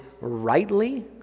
rightly